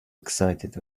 excited